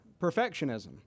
perfectionism